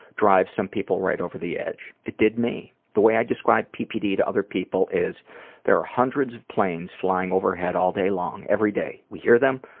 drives some people right over the edge. it did me. the way i describe ppd to other people is there are hundreds of planes flying overhead all day long, every day. we hear them,